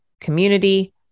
community